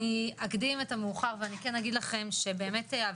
אני אקדים את המאוחר ואני אגיד לכם עכשיו,